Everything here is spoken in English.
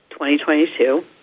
2022